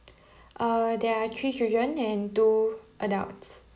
uh there are three children and two adults